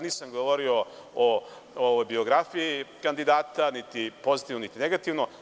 Nisam govorio o biografiji kandidata, pozitivno ili negativno.